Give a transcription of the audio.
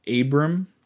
Abram